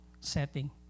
setting